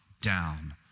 down